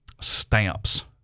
stamps